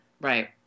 Right